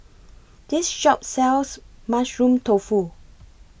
This Shop sells Mushroom Tofu